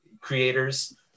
creators